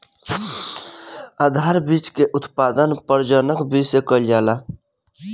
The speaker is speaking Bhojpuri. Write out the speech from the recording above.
आधार बीज के उत्पादन प्रजनक बीज से कईल जाला